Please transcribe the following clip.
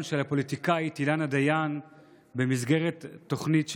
של הפוליטיקאית אילנה דיין במסגרת התוכנית שלה,